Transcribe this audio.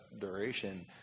duration